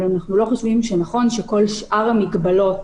אבל אנחנו לא חושבים שנכון שכל שאר המגבלות